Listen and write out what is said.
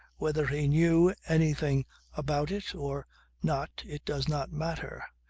whether he knew anything about it or not it does not matter.